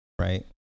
right